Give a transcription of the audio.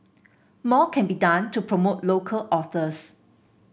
more can be done to promote local authors